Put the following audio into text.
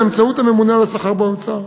באמצעות הממונה על השכר באוצר.